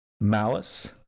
malice